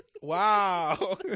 Wow